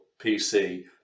pc